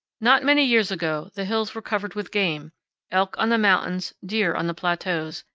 not many years ago the hills were covered with game elk on the mountains, deer on the plateaus,